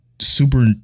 super